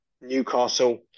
Newcastle